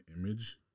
image